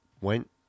went